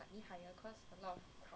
mm